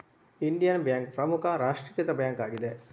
Indian bank ಪ್ರಮುಖ ರಾಷ್ಟ್ರೀಕೃತ bank ಆಗಿದೆ